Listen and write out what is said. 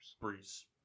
Breeze